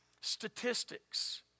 statistics